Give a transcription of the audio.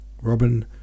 Robin